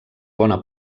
bona